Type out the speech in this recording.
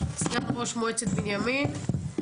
סגן ראש מועצת בנימין.